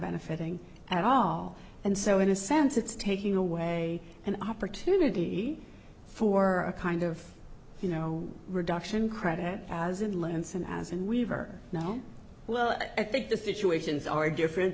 benefiting at all and so in a sense it's taking away an opportunity for a kind of you know reduction credit as in lance and as and weaver well i think the situations are different